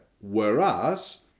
Whereas